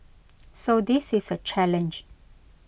so this is a challenge